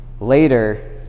Later